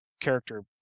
character